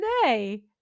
today